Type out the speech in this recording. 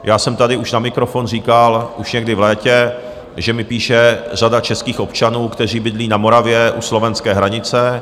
Já jsem tady už na mikrofon říkal, už někdy v létě, že mi píše řada českých občanů, kteří bydlí na Moravě u slovenské hranice.